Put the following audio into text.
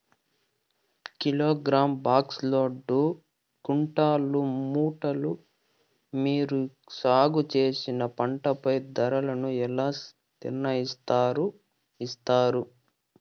Kilogram, box, load, quintal, మూటలు మీరు సాగు చేసిన పంటపై ధరలను ఎలా నిర్ణయిస్తారు యిస్తారు?